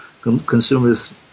Consumers